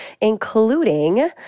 including